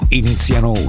iniziano